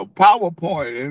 powerpoint